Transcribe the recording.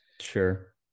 Sure